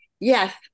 Yes